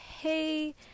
hey